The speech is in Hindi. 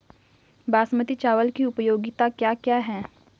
बासमती चावल की उपयोगिताओं क्या क्या हैं?